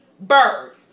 Bird